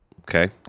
Okay